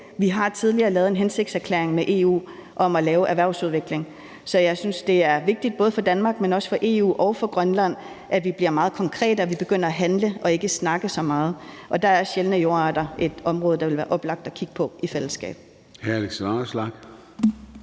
Vi har tidligere lavet en hensigtserklæring med EU om at lave erhvervsudvikling, så jeg synes, det er vigtigt, både for Danmark, men også for EU og for Grønland, at vi bliver meget konkrete og vi begynder at handle og ikke snakke så meget, og der er sjældne jordarter et område, der vil være oplagt at kigge på i fællesskab. Kl.